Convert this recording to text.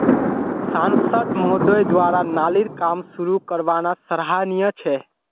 सांसद महोदय द्वारा नालीर काम शुरू करवाना सराहनीय छ